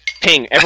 Ping